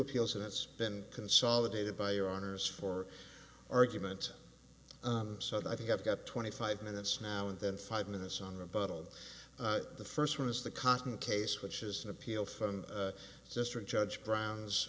appeals and it's been consolidated by your honour's for argument so i think i've got twenty five minutes now and then five minutes on the bottle of the first one is the cotton case which is an appeal from a district judge brown